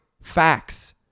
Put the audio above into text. facts